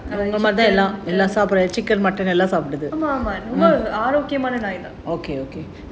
ஆமா ரொம்ப ஆரோக்கியமான நாய் தான்:aamaa romba arokiyamaana nai thaan